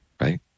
right